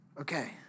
Okay